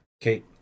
Kate